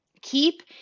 keep